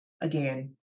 again